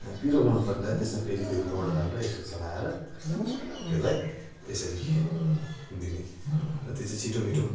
हामी पिरो मनपर्नेलाई त्यसमा पेरिपेरी पाउडर हालेर यसो चलाएर त्यसलाई यसरी दिने र त्यो चाहिँ छिटो मिठो